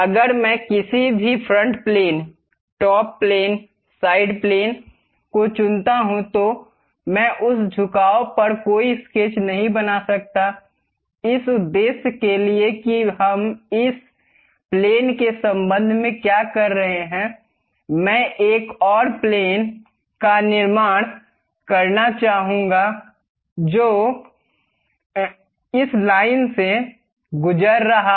अगर मैं किसी भी front plane top plane side plane को चुनता हूँ तो मैं उस झुकाव पर कोई स्केच नहीं बना सकता इस उद्देश्य के लिए कि हम इस विमान के संबंध में क्या कर रहे हैं मैं एक और प्लेन का निर्माण करना चाहूंगा जो इस लाइन से गुजर रहा हो